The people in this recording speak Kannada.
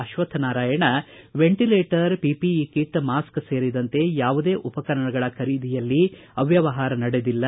Ashwathnarayan ventilator PPE kit mask ಸೇರಿದಂತೆ ಯಾವುದೇ ಉಪಕರಣಗಳ ಖರೀದಿಯಲ್ಲಿ ಅವ್ಡವಹಾರ ನಡೆದಿಲ್ಲ